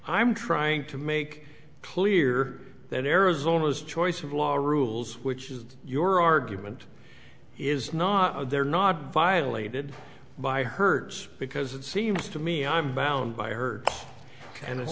i'm trying to make clear that arizona's choice of law rules which is your argument is not they're not violated by heard's because it seems to me i'm bound by her and it